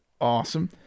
awesome